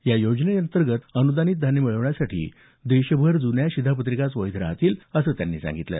या योजनेअंतर्गत अनुदानित धान्य मिळवण्यासाठी देशभर जुन्या शिधापत्रिकाच वैध राहतील असं त्यांनी सांगितलं